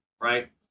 right